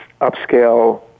upscale